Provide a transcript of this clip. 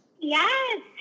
Yes